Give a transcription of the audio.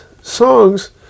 songs